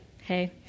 hey